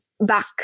back